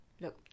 look